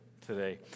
today